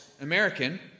American